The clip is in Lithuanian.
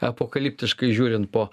apokaliptiškai žiūrint po